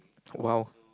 !wow!